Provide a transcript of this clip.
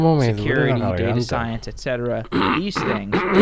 security data science, et cetera, these things?